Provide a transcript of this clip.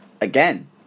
Again